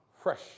Fresh